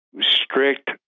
strict